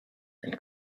and